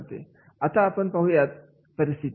आता आपण पाहूयात परिस्थिती